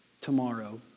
tomorrow